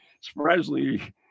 Surprisingly